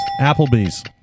Applebee's